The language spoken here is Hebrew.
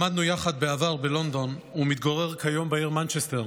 למדנו יחד בעבר בלונדון והוא מתגורר כיום בעיר מנצ'סטר,